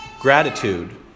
gratitude